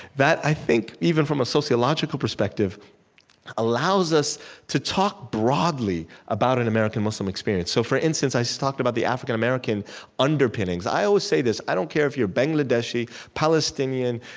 that i think even from a sociological perspective allows us to talk broadly about an american-muslim experience so, for instance, i just talked about the african-american underpinnings. i always say this. i don't care if you're bangladeshi, palestinian,